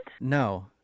No